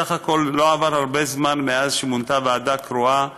בסך הכול לא עבר הרבה זמן מאז מונתה ועדה קרואה.